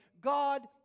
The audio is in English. God